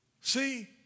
See